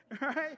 Right